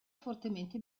fortemente